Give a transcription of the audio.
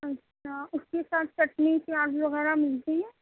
اچھا اُس کے ساتھ چٹنی پیاز وغیرہ ملتی ہیں